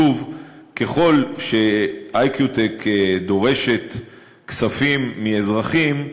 שוב, ככל ש"אי.קיו.טק" דורשת כספים מאזרחים,